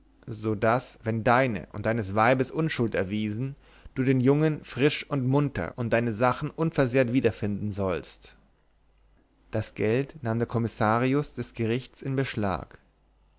so daß wenn deine und deines weibes unschuld erwiesen du den jungen frisch und munter und deine sachen unversehrt wiederfinden sollst das geld nahm der kommissarius des gerichts in beschlag